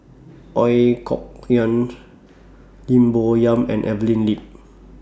Ooi Kok Chuen Lim Bo Yam and Evelyn Lip